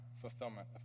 fulfillment